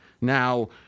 Now